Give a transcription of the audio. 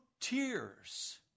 tears